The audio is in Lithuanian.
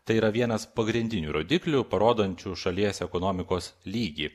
tai yra vienas pagrindinių rodiklių parodančių šalies ekonomikos lygį